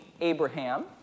Abraham